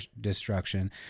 destruction